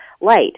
light